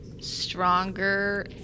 stronger